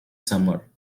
summer